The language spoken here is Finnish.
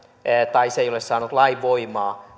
tai se ei ole saanut lainvoimaa